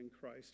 Christ